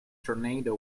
tornado